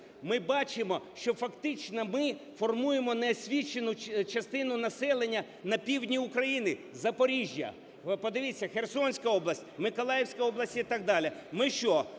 Ми бачимо, що фактично ми формуємо неосвічену частину населення на півдні України. Запоріжжя, подивіться, Херсонська область, Миколаївська область і так далі.